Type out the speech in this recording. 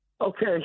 okay